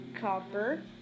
copper